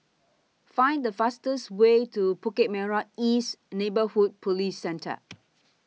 Find The fastest Way to Bukit Merah East Neighbourhood Police Centre